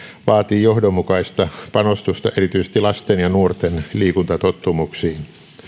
vaatii johdonmukaista panostusta erityisesti lasten ja nuorten liikuntatottumuksiin